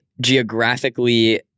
geographically